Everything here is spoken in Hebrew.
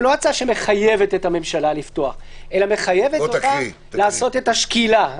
הצעה שמחייבת את הממשלה לפתוח אלא מחייבת אותה לעשות את השקילה.